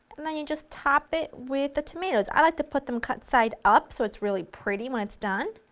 and then you just top it with the tomatoes. i just like to put them cut side up, so it's really pretty when it's done,